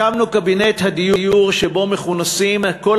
הקמנו קבינט דיור שבו מכונסים בפעם הראשונה כל